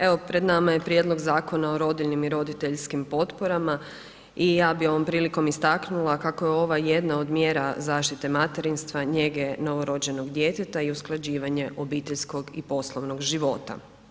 Evo, pred nama je Prijedlog Zakona o rodiljnim i roditeljskim potporama i ja bih ovom prilikom istaknula kako je ovo jedna od mjera zaštite materinstva, njege novorođenog djeteta i usklađivanje obiteljskog i poslovnog života.